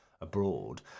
abroad